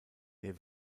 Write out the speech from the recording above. der